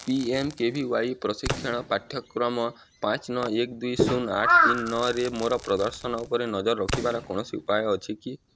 P M K V Y ପ୍ରଶିକ୍ଷଣ ପାଠ୍ୟକ୍ରମ ପାଞ୍ଚ ନଅ ଏକ ଦୁଇ ଶୂନ ଆଠ ତିନି ନଅରେ ମୋର ପ୍ରଦର୍ଶନ ଉପରେ ନଜର ରଖିବାର କୌଣସି ଉପାୟ ଅଛି କି